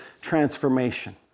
transformation